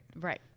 Right